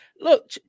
look